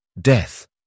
Death